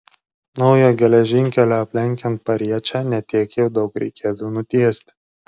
naujo geležinkelio aplenkiant pariečę ne tiek jau daug reikėtų nutiesti